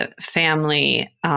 family